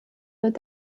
wird